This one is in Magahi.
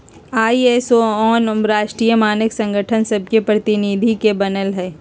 आई.एस.ओ आन आन राष्ट्रीय मानक संगठन सभके प्रतिनिधि से बनल हइ